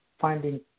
finding